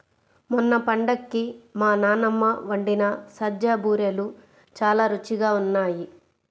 మొన్న పండక్కి మా నాన్నమ్మ వండిన సజ్జ బూరెలు చాలా రుచిగా ఉన్నాయి